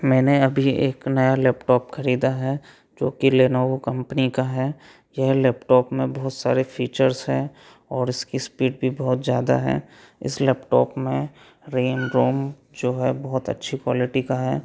मैंने अभी एक नया लैपटॉप खरीदा है जो कि लेनोवो कंपनी का है यह लैपटॉप में बहुत सारे फीचर्स हैं और इसकी स्पीड भी बहुत ज्यादा है इस लैपटॉप में रेम रोम जो है बहुत अच्छी क्वालिटी का है